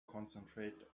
concentrate